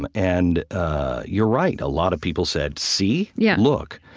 and and you're right. a lot of people said, see? yeah look.